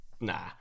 Nah